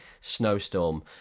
snowstorm